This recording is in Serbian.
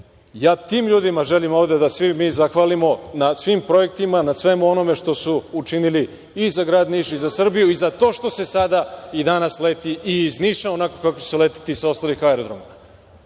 Ja tim ljudima želim ovde da svi mi zahvalimo na svim projektima, na svemu onome što su učinili i za grad Niš i za Srbiju i za to što se danas leti i iz Niša, onako kako će se leteti sa ostalih aerodroma. Mislim